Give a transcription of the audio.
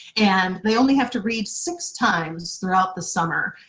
and they only have to read six times throughout the summer.